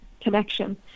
connection